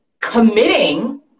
committing